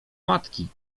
matki